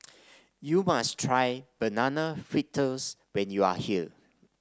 you must try Banana Fritters when you are here